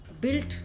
built